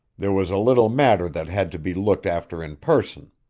there was a little matter that had to be looked after in person.